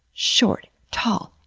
short. tall.